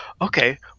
okay